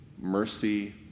mercy